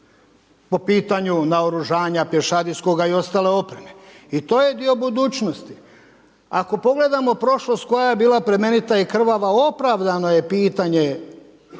po pitanju naoružanja, pješadijskoga i ostale oprema i to je dio budućnosti. Ako pogledamo prošlost koja je bila plemenita i krvava opravdano je pitanje